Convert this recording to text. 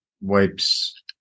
wipes